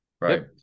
Right